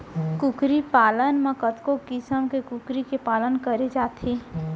कुकरी पालन म कतको किसम के कुकरी के पालन करे जाथे